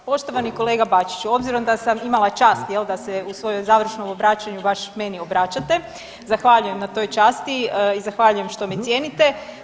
Poštovani kolega Bačiću, obzirom da sam imala čast, je li, da se u svojoj završnom obraćanju baš meni obraćate, zahvaljujem na toj časti i zahvaljujem što me cijenite.